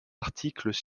articles